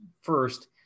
first